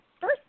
first